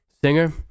Singer